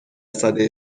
سده